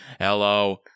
Hello